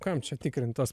kam čia tikrint tuos